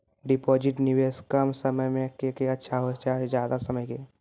Deposit निवेश कम समय के के अच्छा होय छै ज्यादा समय के?